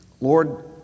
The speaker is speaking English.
Lord